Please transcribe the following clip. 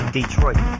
Detroit